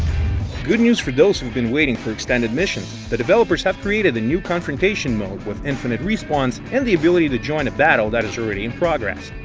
good news for those who've been waiting for extended missions! the developers have created the new confrontation mode with infinite respawns, and the ability to join the battle that is already in progress.